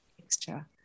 extra